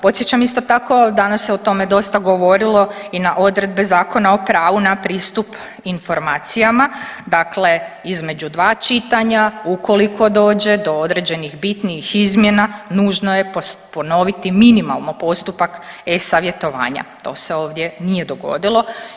Podsjećam isto tako, danas se o tome dosta govorilo i na odredbe Zakona o pravu na pristup informacijama, dakle između dva čitanja ukoliko dođe do određenih bitnijih izmjena nužno je ponoviti minimalno postupak e-savjetovanja, to se ovdje nije dogodilo.